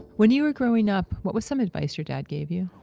when you were growing up, what was some advice your dad gave you?